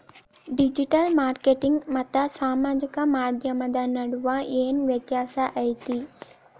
digital marketing ಮತ್ತ ಸಾಮಾಜಿಕ ಮಾಧ್ಯಮದ ನಡುವ ಏನ್ ವ್ಯತ್ಯಾಸ ಐತಿ